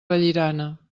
vallirana